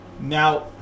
Now